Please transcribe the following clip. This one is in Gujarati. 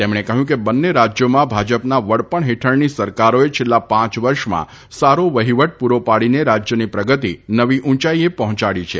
તેમણે કહ્યું કે બંને રાજયામાં ભાજપના વડપણ હેઠળની સરકારાથ્રે છેલ્લાં પાંચ વર્ષમાં સાર વહીવટ પૂર પાડીને રાજયની પ્રગતિ નવી ઉંચાઇએ પહોંચાડી છે